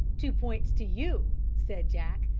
two points to you, said jack,